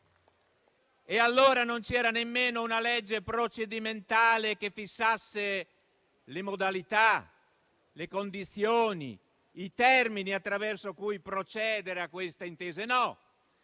E allora non c'era nemmeno una legge procedimentale che fissasse le modalità, le condizioni e i termini attraverso cui procedere a queste intese.